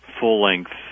full-length